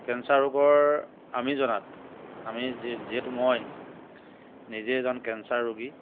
cancer ৰোগৰ আমি জনাত আমি যি যিহেতু মই নিজে এজন কেঞ্চাৰ ৰোগী